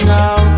now